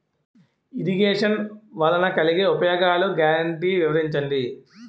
Irrigation వలన కలిగే ఉపయోగాలు గ్యారంటీ వివరించండి?